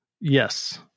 Yes